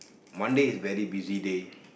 Monday is very busy day